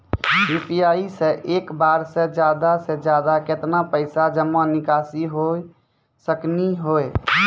UPI से एक बार मे ज्यादा से ज्यादा केतना पैसा जमा निकासी हो सकनी हो?